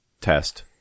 test